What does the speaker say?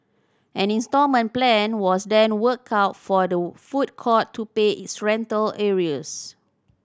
an instalment plan was then worked out for the food court to pay its rental arrears